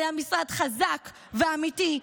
אלא משרד חזק ואמיתי,